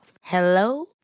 Hello